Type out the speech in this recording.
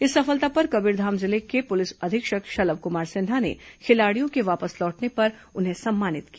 इस सफलता पर कबीरधाम जिले के पुलिस अधीक्षक शलभ कुमार सिन्हा ने खिलाड़ियों के वापस लौटने पर उन्हें सम्मानित किया